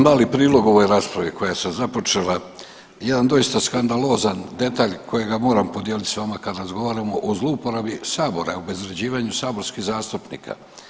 Jedan mali prilog ovoj raspravi koja se započela, jedan doista skandalozan detalj kojega moram podijelit s vama kada razgovaramo o zlouporabi sabora o obezvrjeđivanju saborskih zastupnika.